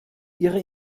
ihre